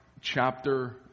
chapter